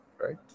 right